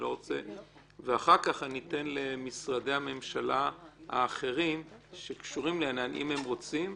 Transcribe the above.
ואחר כך אני אתן למשרדי הממשלה האחרים שקשורים אם הם רוצים,